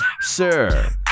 Sir